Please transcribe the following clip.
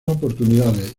oportunidades